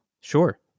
Sure